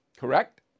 Correct